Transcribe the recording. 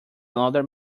another